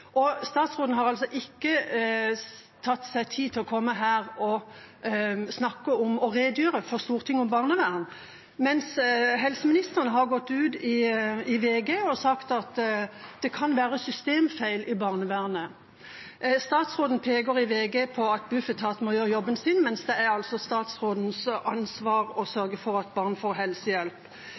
og unge. Statsråden har altså ikke tatt seg tid til å komme her og redegjøre for Stortinget om barnevern, mens helseministeren har gått ut i VG og sagt at det kan være systemfeil i barnevernet. Statsråden peker i VG på at Bufetat må gjøre jobben sin, mens det altså er statsrådens ansvar å sørge for at barn får helsehjelp.